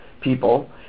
people